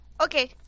Okay